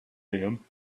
him